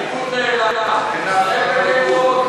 הליכוד נעלם, אף אחד מהליכוד,